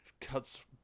Cuts